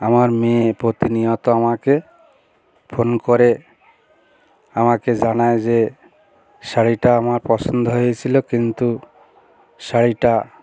আমার মেয়ে প্রতিনিয়ত আমাকে ফোন করে আমাকে জানায় যে শাড়িটা আমার পছন্দ হয়েছিল কিন্তু শাড়িটা